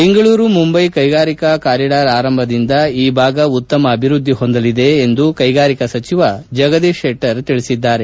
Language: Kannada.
ಬೆಂಗಳೂರು ಮುಂಬೈ ಕೈಗಾರಿಕಾ ಕಾರಿಡಾರ್ ಆರಂಭದಿಂದ ಈ ಭಾಗ ಉತ್ತಮ ಅಭಿವೃದ್ಧಿ ಹೊಂದಲಿದೆ ಎಂದು ಕೈಗಾರಿಕಾ ಸಚಿವ ಜಗದೀಶ್ ಶೆಟ್ಟರ್ ತಿಳಿಸಿದ್ದಾರೆ